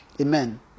Amen